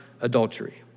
adultery